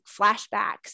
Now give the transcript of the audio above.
flashbacks